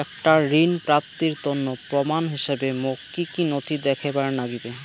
একটা ঋণ প্রাপ্তির তন্ন প্রমাণ হিসাবে মোক কী কী নথি দেখেবার নাগিবে?